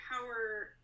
power